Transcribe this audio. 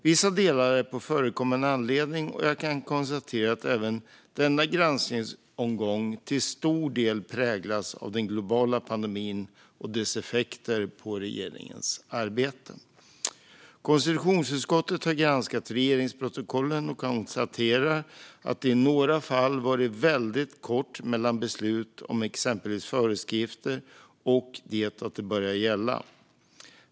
Vissa delar finns med på förekommen anledning, och jag kan konstatera att även denna granskningsomgång till stor del präglats av den globala pandemin och dess effekter på regeringens arbete. Konstitutionsutskottet har granskat regeringsprotokollen och konstaterar att det i några fall varit väldigt kort tid mellan beslut om exempelvis föreskrifter och den tidpunkt då de börjat gälla.